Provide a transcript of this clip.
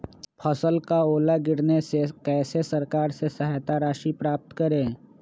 फसल का ओला गिरने से कैसे सरकार से सहायता राशि प्राप्त करें?